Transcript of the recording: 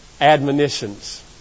admonitions